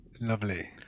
Lovely